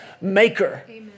maker